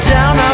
Down